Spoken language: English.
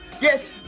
Yes